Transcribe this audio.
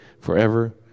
forever